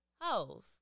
hoes